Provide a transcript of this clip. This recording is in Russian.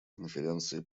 конференции